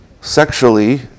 sexually